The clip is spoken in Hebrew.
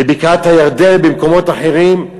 בבקעת-הירדן, במקומות אחרים,